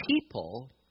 people